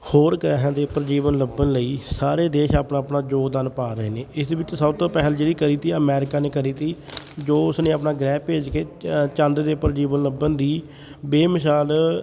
ਹੋਰ ਗ੍ਰਹਿਆਂ ਦੇ ਉੱਪਰ ਜੀਵਨ ਲੱਭਣ ਲਈ ਸਾਰੇ ਦੇਸ਼ ਆਪਣਾ ਆਪਣਾ ਯੋਗਦਾਨ ਪਾ ਰਹੇ ਨੇ ਇਸ ਵਿੱਚ ਸਭ ਤੋਂ ਪਹਿਲ ਜਿਹੜੀ ਕਰੀ ਤੀ ਅਮੈਰੀਕਾ ਨੇ ਕਰੀ ਤੀ ਜੋ ਉਸਨੇ ਆਪਣਾ ਗ੍ਰਹਿ ਭੇਜ ਕੇ ਚੰਦ ਦੇ ਉੱਪਰ ਜੀਵਨ ਲੱਭਣ ਦੀ ਬੇਮਿਸਾਲ